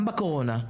גם בקורונה,